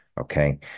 Okay